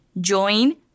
join